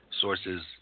sources